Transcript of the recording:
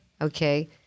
Okay